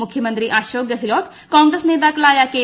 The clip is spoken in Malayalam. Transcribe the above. മുഖ്യമന്ത്രി അശോക് ഗഹ്ലോട്ട് കോൺഗ്രസ് നേതാക്കളായ കെ